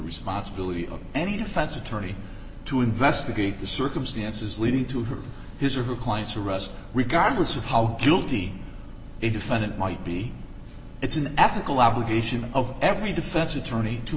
responsibility of any defense attorney to investigate the circumstances leading to her his or her client's arrest regardless of how guilty the defendant might be it's an ethical obligation of every defense attorney to